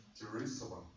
Jerusalem